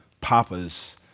Papa's